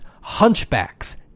Hunchbacks